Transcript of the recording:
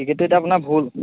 টিকেটটো এতিয়া আপোনাৰ ভূল